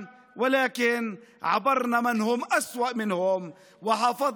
הרי עברנו כאלה וגרועים מהם ושמרנו